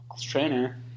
trainer